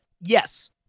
yes